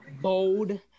Bold